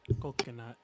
Coconut